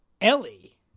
Ellie